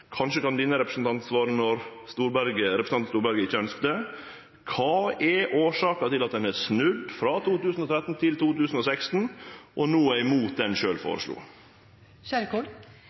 kanskje kan denne representanten svare når representanten Storberget ikkje ønskte det: Kva er årsaka til at ein har snudd – frå 2013 til 2016 – og no er imot